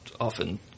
often